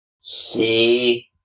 See